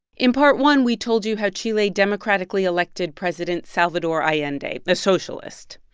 in part one, we told you how chile democratically elected president salvador allende, a socialist.